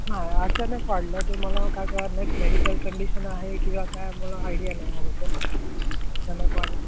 नाही अचानक वाढलं ते मला काय कळत नाही मेडिकल कंडिशन आहे किंवा काय मला आयडिया नाही ह्याबद्दल अचानक वाढलं